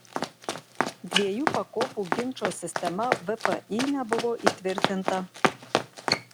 dviejų pakopų ginčo sistema vpį nebuvo įtvirtinta